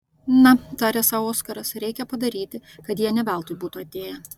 na tarė sau oskaras reikia padaryti kad jie ne veltui būtų atėję